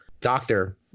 doctor